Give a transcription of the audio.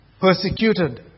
persecuted